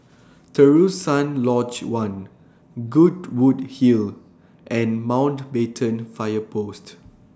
Terusan Lodge one Goodwood Hill and Mountbatten Fire Post